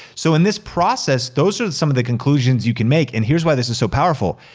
so in this process, those are some of the conclusions you can make and here's why this is so powerful.